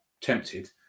tempted